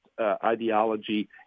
ideology